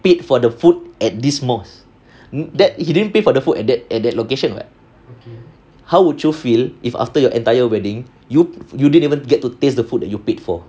paid for the food at this mosque that he didn't pay for the food at that at that location [what] how would you feel if after your entire wedding you you didn't even get to taste the food that you paid for